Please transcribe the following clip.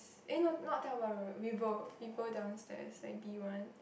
eh no not Tiong-Bahru Vivo Vivo downstairs like B one